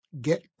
get